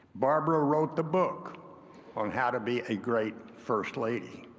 barbara wrote the book on how to be a great first lady.